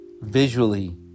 visually